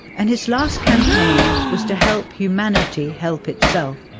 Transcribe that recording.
and his last campaign was to help humanity help itself,